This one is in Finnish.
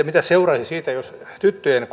mitä seuraisi siitä jos tyttöjen